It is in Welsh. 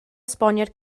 esboniad